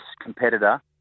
competitor